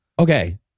Okay